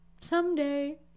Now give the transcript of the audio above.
Someday